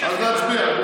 אז נצביע.